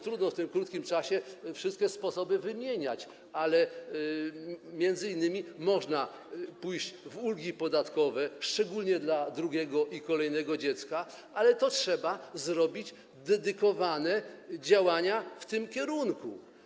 Trudno w tak krótkim czasie wszystkie sposoby wymienić, ale m.in. można pójść w ulgi podatkowe, szczególnie dla drugiego i kolejnego dziecka, ale trzeba podjąć działania dedykowane, w tym kierunku.